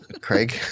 Craig